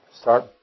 start